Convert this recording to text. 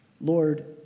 Lord